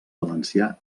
valencià